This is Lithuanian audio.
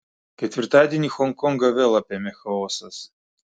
ketvirtadienį honkongą vėl apėmė chaosas